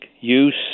use